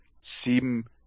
seem